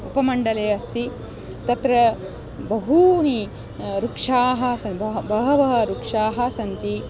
उपमण्डले अस्ति तत्र बहवः वृक्षाः सन्ति बह बहवः वृक्षाः सन्ति